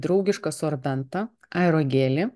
draugišką sorbentą aerogelį